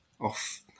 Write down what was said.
off